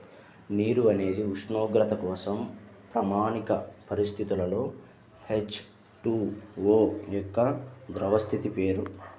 నీరు అనేది ఉష్ణోగ్రత కోసం ప్రామాణిక పరిస్థితులలో హెచ్.టు.ఓ యొక్క ద్రవ స్థితి పేరు